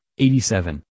87